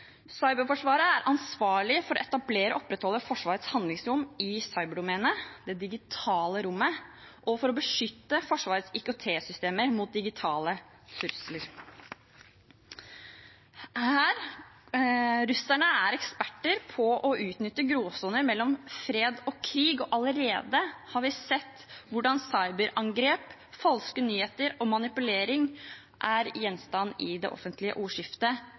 Cyberforsvaret er ansvarlig for å etablere og opprettholde Forsvarets handlingsrom i cyberdomenet, det digitale rommet, og for å beskytte Forsvarets IKT-systemer mot digitale trusler. Russerne er eksperter på å utnytte gråsoner mellom fred og krig, og allerede har vi sett hvordan cyberangrep, falske nyheter og manipulering er oppe i det offentlige ordskiftet,